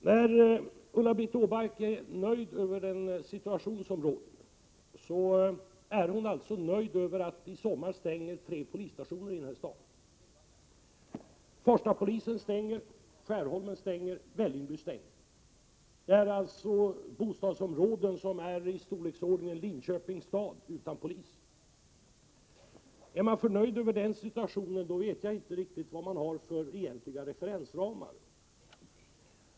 När Ulla-Britt Åbark är nöjd med den situation som råder, är hon alltså nöjd med att tre polisstationer stängs i sommar i den här staden: Farstastationen, Skärholmens station och stationen i Vällingby. Bostadsområden som är i storlek jämförbara med Linköpings stad kommer alltså att stå utan egen polisstation i sommar. Om man är nöjd med den situationen, vet jag inte riktigt vilka referensramar man egentligen har.